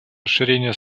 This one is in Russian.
расширения